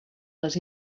les